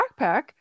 backpack